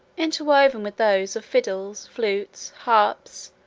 interwoven with those of fiddles, flutes, harps,